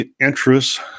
interests